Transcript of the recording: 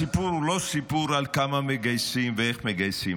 הסיפור הוא לא סיפור על כמה מגייסים ואיך מגייסים.